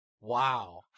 Wow